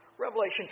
Revelation